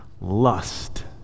Lust